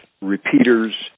repeaters